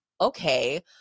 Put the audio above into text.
okay